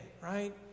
Right